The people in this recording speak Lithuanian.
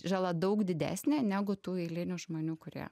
žala daug didesnė negu tų eilinių žmonių kurie